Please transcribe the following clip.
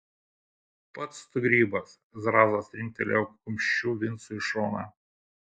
pats tu grybas zrazas trinktelėjo kumščiu vincui į šoną